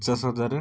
ପଚାଶ ହଜାର